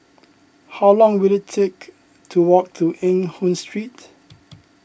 how long will it take to walk to Eng Hoon Street